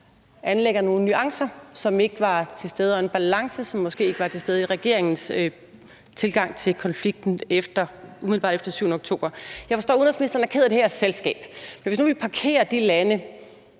anlægger nogle nuancer, som ikke var til stede, og en balance, som måske ikke var til stede i regeringens tilgang til konflikten umiddelbart efter den 7. oktober. Jeg forstår, at udenrigsministeren er ked af det her selskab. Men antag, at vi nu parkerer de lande